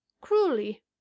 cruelly